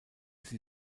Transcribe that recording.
sie